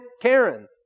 Karen